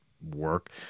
work